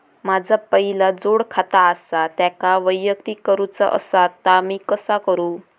माझा पहिला जोडखाता आसा त्याका वैयक्तिक करूचा असा ता मी कसा करू?